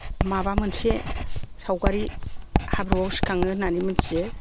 माबा मोनसे सावगारि हाब्रुआव सिखाङो होननानै मोन्थियो